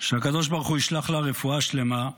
ושהקדוש ברוך הוא ישלח לה רפואה שלמה,